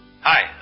Hi